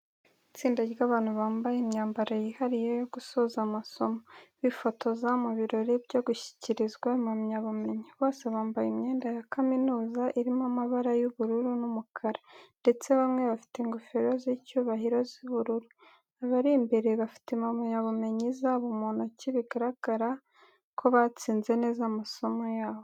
Itsinda ry’abantu bambaye imyambaro yihariye yo gusoza amasomo, bifotoza mu birori byo gushyikirizwa impamyabumenyi. Bose bambaye imyenda ya kaminuza irimo amabara y’ubururu n’umukara ndetse bamwe bafite ingofero z’icyubahiro z’ubururu. Abari imbere bafite impamyabumenyi zabo mu ntoki, bigaragaza ko batsinze neza amasomo yabo.